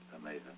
Amazing